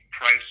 price